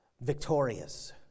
victorious